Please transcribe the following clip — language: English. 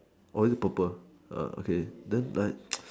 oh is it purple err okay then like